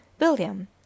William